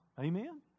Amen